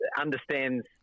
understands